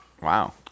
Wow